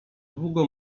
długo